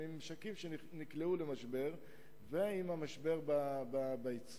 עם משקים שנקלעו למשבר ועם המשבר ביצוא.